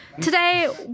Today